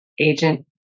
agent